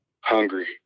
Hungry